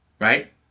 right